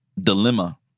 dilemma